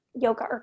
yoga